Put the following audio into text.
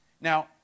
Now